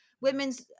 women's